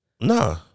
nah